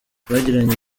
bagiranye